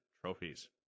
trophies